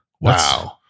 Wow